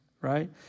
right